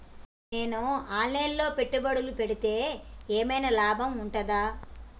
నేను online లో పెట్టుబడులు పెడితే ఏమైనా లాభం ఉంటదా?